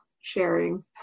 sharing